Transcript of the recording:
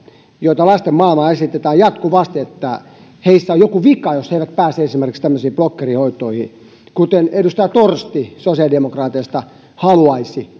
joita lasten maailmaan esitetään jatkuvasti että heissä on joku vika jos he eivät pääse esimerkiksi tämmöisiin blokkerihoitoihin kuten edustaja torsti sosiaalidemokraateista haluaisi